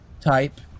type